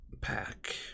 pack